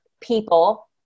people